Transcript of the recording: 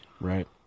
Right